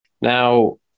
Now